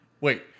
Wait